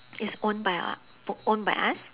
is own by u~ own by us